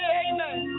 amen